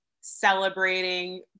celebrating